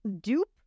dupe